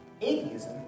atheism